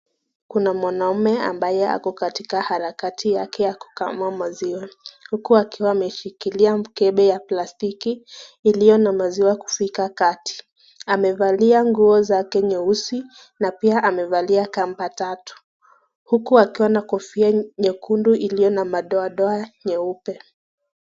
Kuna mwanaume ambaye katika harakati yake ya kukaamua ngombe maziwa yake huku akiwa ameshikilia mkebe wa plastiki iliyo na maziwa kufika kati amevalia nguo zake nyeusi na pia amevalia kamba tatu huku akiwa na kofia nyekundu iliyo na madoadoa nyeupe.